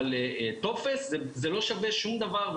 אבל טופס זה לא שווה שום דבר.